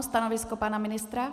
Stanovisko pana ministra?